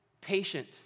patient